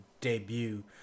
debut